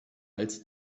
als